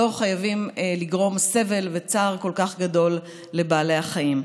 לא חייבים לגרום סבל וצער כל כך גדול לבעלי החיים.